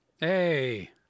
Hey